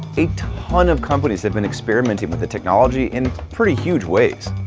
a ton of companies have been experimenting with the technology in pretty huge ways.